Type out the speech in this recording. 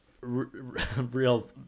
real